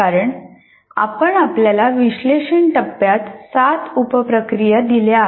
कारणआपण आपल्याला विश्लेषण टप्प्यात 7 उप प्रक्रिया दिल्या आहेत